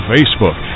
Facebook